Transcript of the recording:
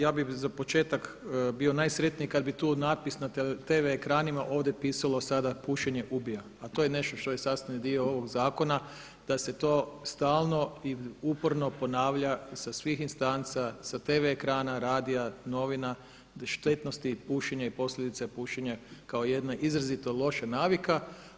Ja bih za početak bio najsretniji kada bi tu napis na TV ekranima ovdje pisalo sada Pušenje ubija, a to je nešto što je sastavni dio ovog zakona da se to stalno i uporno ponavlja sa svih instanca, sa TV ekrana, radija, novina, štetnosti pušenja i posljedice pušenja kao jedne izrazito loše navike.